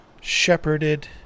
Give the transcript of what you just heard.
shepherded